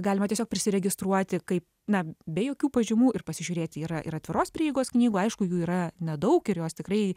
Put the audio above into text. galima tiesiog prisiregistruoti kaip na be jokių pažymų ir pasižiūrėti yra ir atviros prieigos knygų aišku jų yra nedaug ir jos tikrai